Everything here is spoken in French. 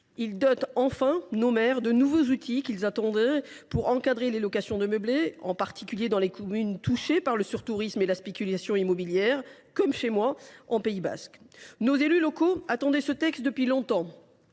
Il dote nos maires d’outils qu’ils attendaient de longue date pour encadrer les locations de meublés, en particulier dans les communes touchées par le surtourisme et la spéculation immobilière, comme chez moi, au Pays basque. Je le répète, nos élus locaux attendaient ce texte depuis longtemps.